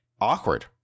awkward